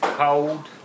cold